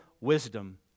wisdom